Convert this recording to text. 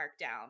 markdown